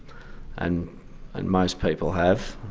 and and most people have.